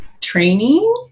training